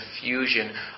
fusion